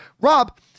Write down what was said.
Rob